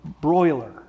broiler